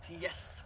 Yes